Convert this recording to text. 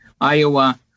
Iowa